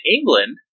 England